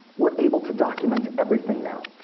we're able to document everything now,